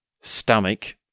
stomach